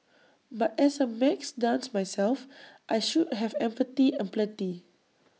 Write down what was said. but as A maths dunce myself I should have empathy aplenty